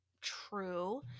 true